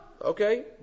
Okay